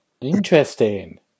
interesting